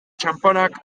txanponak